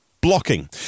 blocking